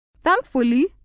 Thankfully